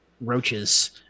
roaches